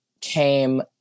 came